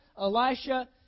Elisha